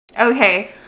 Okay